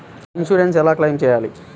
Insurance ఎలా claim చేయాలి?